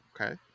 Okay